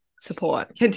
support